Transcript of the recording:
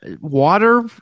water